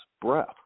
breath